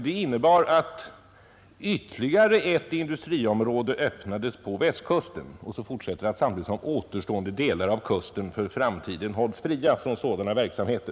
Det innebär ”att ytterligare ett industriområde öppnas på Västkusten samtidigt som återstående delar av kusten för framtiden hålls fria från sådana verksamheter .